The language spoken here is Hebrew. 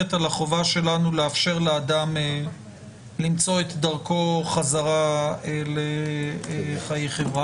על החובה שלנו לאפשר לאדם למצוא את דרכו חזרה לחיי החברה.